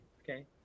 okay